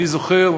אני זוכר,